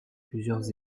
plusieurs